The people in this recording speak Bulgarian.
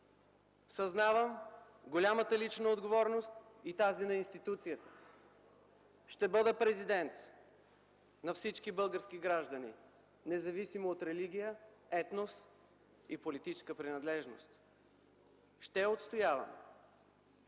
Осъзнавам голямата лична отговорност и тази на институцията. Ще бъда президент на всички български граждани независимо от религия, етнос и политическа принадлежност. Ще отстоявам